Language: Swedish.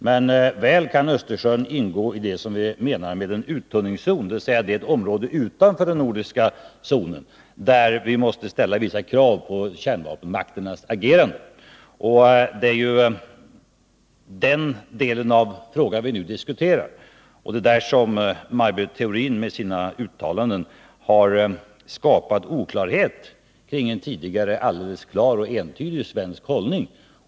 Men Östersjön kan mycket väl ingå i vad vi menar med en uttunningszon, dvs. det område utanför den nordiska zonen, där vi måste ställa vissa krav på kärnvapenmakternas agerande. Det är ju den delen av frågan som vi nu diskuterar och det är där som Maj Britt Theorin med sina uttalanden har skapat oklarhet om en tidigare alldeles klar och entydig svensk hållning.